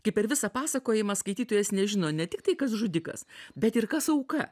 kaip per visą pasakojimą skaitytojas nežino ne tiktai kas žudikas bet ir kas auka